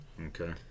okay